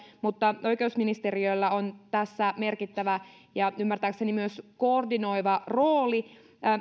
mutta oikeusministeriöllä on tässä merkittävä ja ymmärtääkseni myös koordinoiva rooli